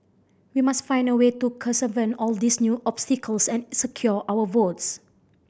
we must find a way to circumvent all these new obstacles and secure our votes